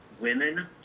women